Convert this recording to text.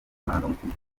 amarangamutima